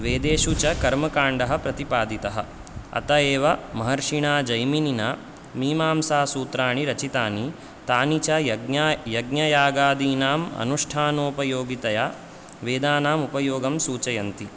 वेदेषु च कर्मकाण्डः प्रतिपादितः अत एव महर्षिणा जैमिनिना मीमांसासूत्राणि रचितानि तानि च यज्ञ यज्ञयागादीनाम् अनुष्ठानोपयोगितया वेदानाम् उपयोगं सूचयन्ति